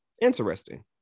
interesting